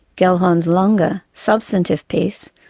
gellhorn's longer, substantive piece,